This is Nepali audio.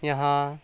यहाँ